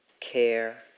care